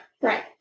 Right